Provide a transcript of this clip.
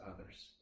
others